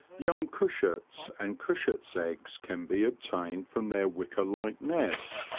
young cushats and cushats' eggs can be obtained from their wicker-like nests,